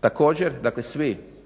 također svi